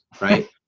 right